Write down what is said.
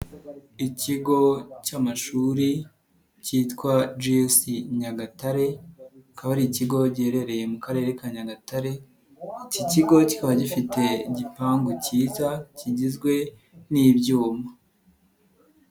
Ikigo cy'amashuri cyitwa G.S Nyagatare, akaba ari ikigo giherereye mu karere ka Nyagatare, iki kigo kikaba gifite igipangu cyiza kigizwe n'ibyuma.